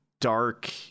dark